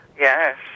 yes